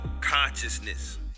consciousness